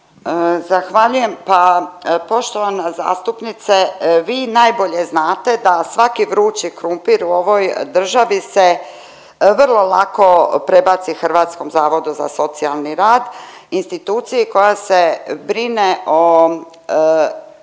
Zahvaljujem, pa poštovana zastupnice vi najbolje znate da svaki vrući krumpir u ovoj državi se vrlo lako prebaci Hrvatskom zavodu za socijalni rad, instituciji koja se brine o